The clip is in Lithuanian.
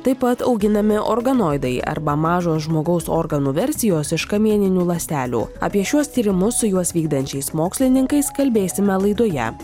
taip pat auginami organoidai arba mažos žmogaus organų versijos iš kamieninių ląstelių apie šiuos tyrimus su juos vykdančiais mokslininkais kalbėsime laidoje